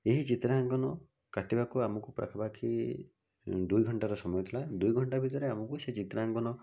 ଏହି ଚିତ୍ରାଙ୍କନ କାଟିବାକୁ ଆମକୁ ପାଖାପାଖି ଦୁଇ ଘଣ୍ଟାର ସମୟ ଥିଲା ଦୁଇ ଘଣ୍ଟା ମଧ୍ୟରେ ଆମକୁ ସେ ଚିତ୍ରାଙ୍କନ